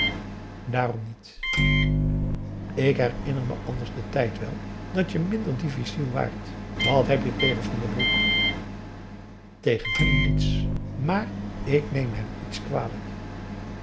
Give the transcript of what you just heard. daarom niet ik herinner me anders den tijd wel dat je minder difficiel waart wat heb je tegen van den broek tegen hem niets maar ik neem hem iets kwalijk